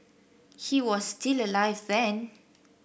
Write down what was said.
he was still alive then